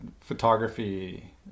photography